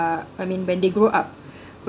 I mean when they grow up